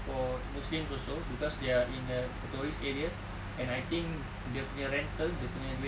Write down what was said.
for muslims also cause they are in the tourists area and I think dia punya rental dia punya duit